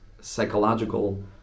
psychological